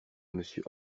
monsieur